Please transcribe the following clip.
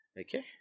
Okay